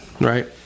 Right